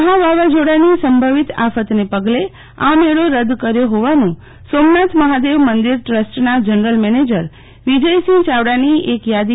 મહા વાવાઝોડાની સંભવિત આફતને પગલે આ મેળો રદ્દ કર્યો હોવાનું સોમનાથ મહાદેવ મંદિર ટ્રસ્ટના જનરલ મેનેજર વિજયસિંહ યાવડાની એક યાદીમાં જણાવાયું હતું